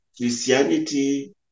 Christianity